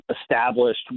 established